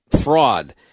fraud